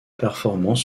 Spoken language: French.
performance